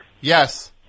Yes